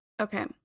okay